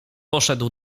poszedł